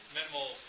Minimal